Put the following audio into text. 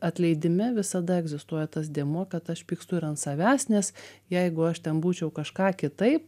atleidime visada egzistuoja tas dėmuo kad aš pykstu ir ant savęs nes jeigu aš ten būčiau kažką kitaip